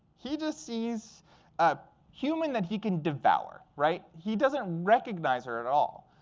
he just sees a human that he can devour, right? he doesn't recognize her at all.